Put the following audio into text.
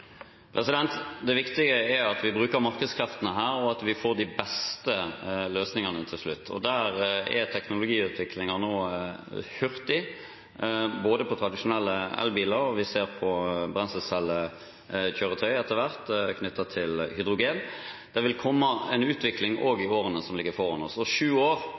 det? Det viktige er at vi bruker markedskreftene her, og at vi får de beste løsningene til slutt. Der er teknologiutviklingen nå hurtig, både på tradisjonelle elbiler og vi ser det på brenselscellekjøretøy, etter hvert, knyttet til hydrogen. Det vil komme en utvikling også i årene som ligger foran oss. Sju år